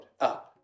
up